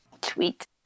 tweet